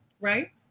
Right